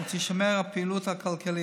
ותישמר הפעילות הכלכלית.